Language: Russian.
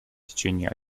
течение